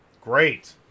Great